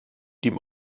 ihm